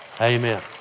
Amen